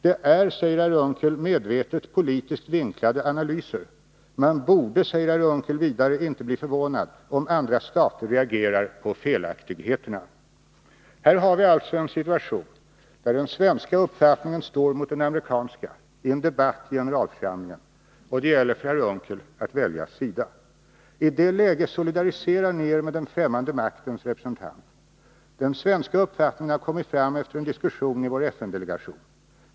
Det är, säger herr Unckel, medvetet politiskt vinklade analyser. Man borde, säger Per Unckel vidare, inte bli förvånad om andra stater reagerar på felaktigheterna. Här har vi alltså en situation där den svenska uppfattningen står mot den amerikanska i en debatt i generalförsamlingen. Det gäller, Per Unckel, att välja sida. I det läget solidariserar ni er med en främmande makts representant. Den svenska uppfattningen har kommit fram efter en diskussion i vår FN-delegation.